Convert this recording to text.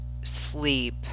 sleep